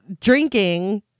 drinking